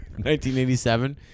1987